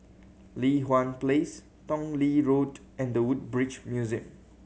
Li Hwan Place Tong Lee Road and The Woodbridge Museum